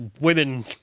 women